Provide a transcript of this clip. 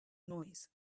noise